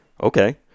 Okay